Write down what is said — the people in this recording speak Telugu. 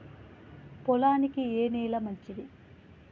పొలానికి ఏ నేల మంచిది?